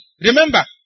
Remember